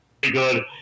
good